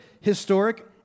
historic